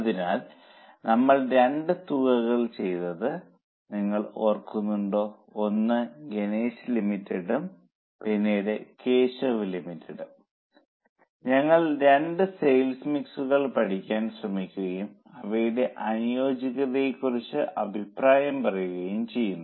അതിനാൽ നമ്മൾ രണ്ട് തുകകൾ ചെയ്തത് നിങ്ങൾ ഓർക്കുന്നുണ്ടോ ഒന്ന് ഗണേശ ലിമിറ്റഡിലും പിന്നീട് കേശവ് ലിമിറ്റഡിലും ഞങ്ങൾ രണ്ട് സെയിൽസ് മിക്സുകൾ പഠിക്കാൻ ശ്രമിക്കുകയും അവയുടെ അനുയോജ്യതയെ കുറിച്ച് അഭിപ്രായം പറയുകയും ചെയ്യുന്നു